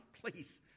Please